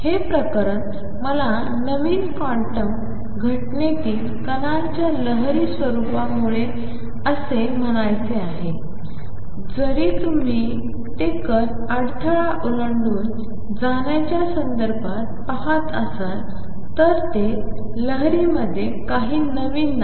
हे प्रकरण मला नवीन क्वांटम घटनेतील कणांच्या लहरी स्वरूपामुळे असे म्हणायचे आहे जरी तुम्ही ते कण अडथळा ओलांडून जाण्याच्या संदर्भात पाहत असाल तर ते लहरी मध्ये काही नवीन नाही